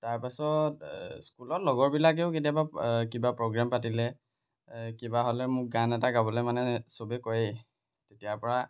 তাৰপাছত স্কুলৰ লগৰবিলাকেও কেতিয়াবা কিবা প্ৰগ্ৰেম পাতিলে কিবা হ'লে মোক গান এটা গাবলৈ মানে চবেই কয়েই তেতিয়াৰ পৰা